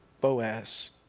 Boaz